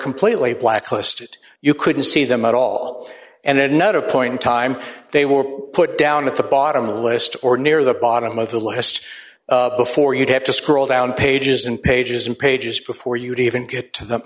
completely blacklisted you couldn't see them at all and then another point in time they were put down at the bottom of the list or near the bottom of the list before you'd have to scroll down pages and pages and pages before you'd even get to them